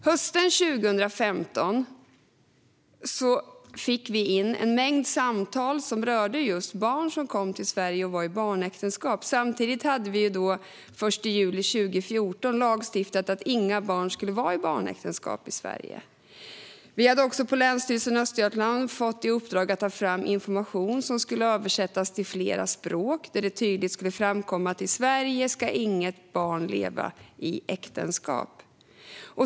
Hösten 2015 fick vi in en mängd samtal som rörde barn som kom till Sverige och var i barnäktenskap. Ändå hade den 1 juli 2014 lagändringar trätt i kraft om att inga barn skulle vara i barnäktenskap i Sverige. Vi hade också på Länsstyrelsen i Östergötland fått i uppdrag att ta fram information som skulle översättas till flera språk och där det tydligt skulle framkomma att inget barn i Sverige ska leva i äktenskap.